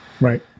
Right